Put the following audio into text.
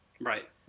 Right